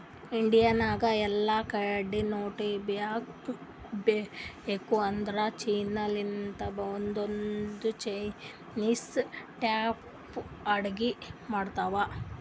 India ನಾಗ್ ಎಲ್ಲಾ ಕಡಿ ನೋಡಿರ್ಬೇಕ್ ಇದ್ದೂರ್ ಚೀನಾ ಲಿಂತ್ ಬಂದೊರೆ ಚೈನಿಸ್ ಟೈಪ್ ಅಡ್ಗಿ ಮಾಡ್ತಾವ್